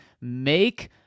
make